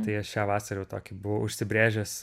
tai aš šią vasarą jau tokį buvau užsibrėžęs